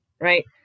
right